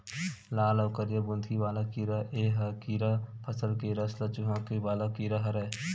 लाल अउ करिया बुंदकी वाला कीरा ए ह कीरा फसल के रस ल चूंहके वाला कीरा हरय